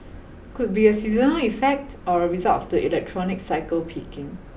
could be a seasonal effect or a result of the electronics cycle peaking